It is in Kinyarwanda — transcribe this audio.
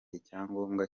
icyangombwa